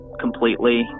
completely